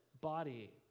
body